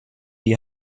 die